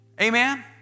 Amen